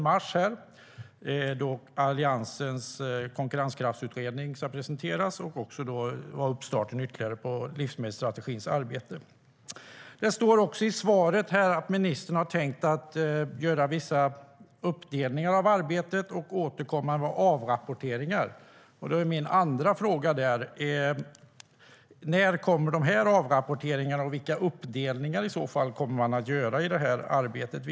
Då ska Alliansens konkurrenskraftsutredning presenteras, och mötet ska vara en uppstart på arbetet med livsmedelsstrategin. Det står i svaret att ministern har tänkt göra vissa uppdelningar av arbetet och återkomma med avrapporteringar. Då är min andra fråga: När kommer avrapporteringarna, och vilka uppdelningar kommer man att göra i det vidare arbetet?